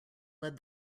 led